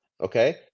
okay